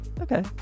Okay